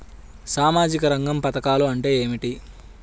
సామాజిక రంగ పధకాలు అంటే ఏమిటీ?